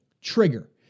trigger